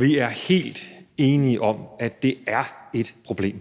Vi er helt enige om, at det er et problem.